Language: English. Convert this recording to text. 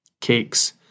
cakes